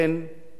הגיע הזמן